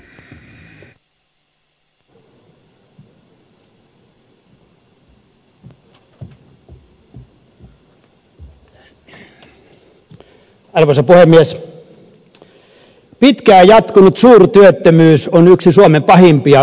pitkään jatkunut suurtyöttömyys on yksi suomen pahimpia vitsauksia